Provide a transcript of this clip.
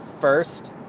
first